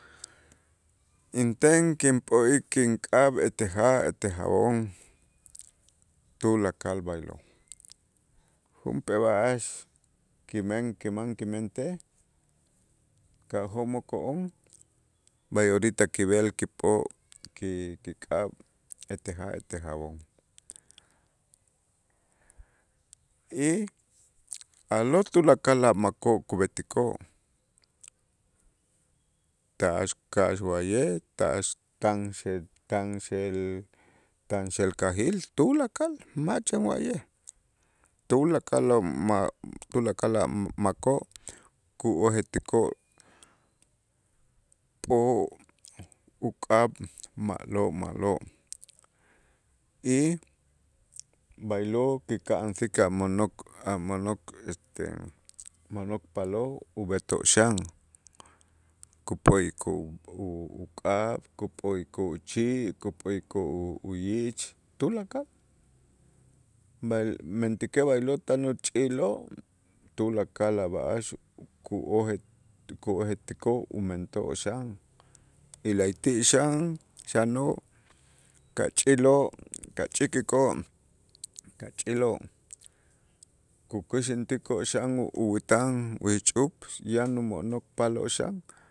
Inten kinp'o'ik kink'ab' ete ja' ete jabon tulakal b'aylo', junp'ee b'a'ax kimen kiman kimentej ka'jo'moko'on b'ay orita kib'el kip'o' ki- kik'ab' ete ja' ete jabon y a'lo' tulakal a' makoo' kub'etikoo' ta'ax ka'ax wa'ye' ta'ax tan xe- tan xe- tan xel tan xel kajil tulakal ma' chen wa'ye' tulakal a' mak tulakal a' makoo' ku'ojetikoo' p'o' uk'ab' ma'lo', ma'lo' y b'aylo' kika'ansik a' mo'nok a' mo'nok este mo'nokpaaloo' ub'etoo' xan, kup'o'ikoo' uk'ab', kup'o'ikoo' uchi', kup'o'ikoo' uyich tulakal, b'el mentäkej b'aylo' tan uchiloo' tulakal a' b'a'ax ku'oje- ku'ojetikoo' umentoo' xan y la'ayti' xan xanoo' kach'iloo' kach'ikikoo' kach'iloo' kukäxäntikoo' xan o uyätan u ixch'up yan umo'nokpaaloo' xan.